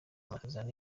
amasezerano